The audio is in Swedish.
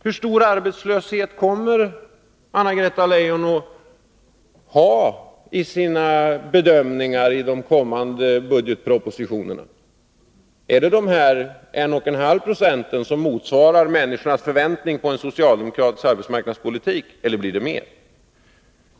Hur stor arbetslöshet kommer Anna-Greta Leijon att ha i sina bedömningar i de kommande budgetpropositionerna? Blir det 1,5 26, som motsvarar männis Nr 54 kornas förväntning på en socialdemokratisk arbetsmarknadspolitik, eller blir det mer?